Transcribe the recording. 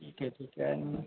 ठीक आहे ठीक आहे आणि